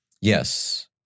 Yes